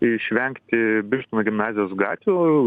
išvengti birštono gimnazijos gatvių